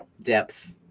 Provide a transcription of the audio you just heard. depth